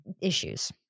issues